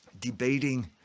debating